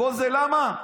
כל זה למה?